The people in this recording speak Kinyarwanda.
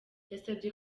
yasabye